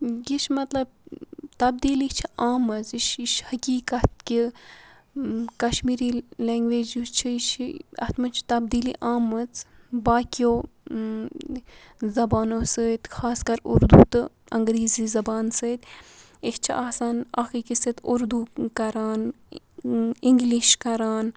یہِ چھُ مَطلَب تَبدیٖلی چھِ آمٕژ یہِ چھُ یہِ چھُ حقیٖقَت کہِ کَشمیٖری لیٚنٛگویج یُس چھِ یہِ چھِ اتھ مَنٛز چھِ تَبدیٖلی آمٕژ باقیو زَبانو سۭتۍ خاص کَر اردوٗ تہٕ اَنٛگریٖزی زَبان سۭتۍ أسۍ چھِ آسان اکھ أکِس سۭتۍ اردوٗ کَران اِنٛگلِش کَران